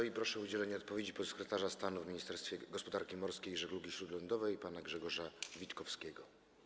I proszę o udzielenie odpowiedzi podsekretarza stanu w Ministerstwie Gospodarki Morskiej i Żeglugi Śródlądowej pana Grzegorza Witkowskiego.